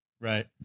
Right